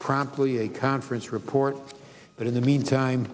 promptly a conference report but in the meantime